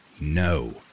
No